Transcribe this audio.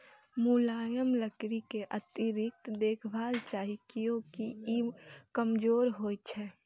मुलायम लकड़ी कें अतिरिक्त देखभाल चाही, कियैकि ई कमजोर होइ छै